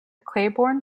claiborne